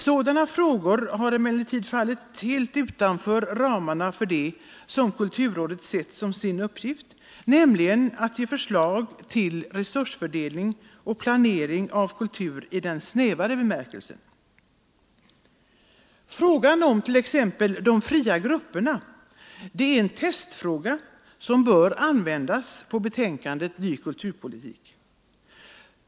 Sådana frågor har emellertid fallit helt utanför ramarna för det som kulturrådet sett som sin uppgift, nämligen att ge förslag till resursfördelning och planering av kultur i den snävare bemärkelsen. Frågan om De fria grupperna är en testfråga som bör användas på betänkandet Ny kulturpolitik.